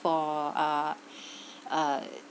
for ah uh